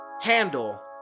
handle